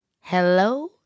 Hello